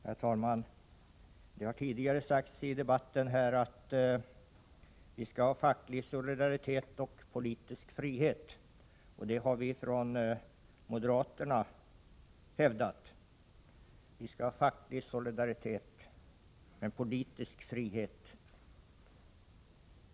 Herr talman! Det har sagts tidigare i den här debatten att vi skall ha facklig solidaritet och politisk frihet. Det har vi från moderaterna hävdat. Vi skall ha facklig solidaritet men politisk frihet.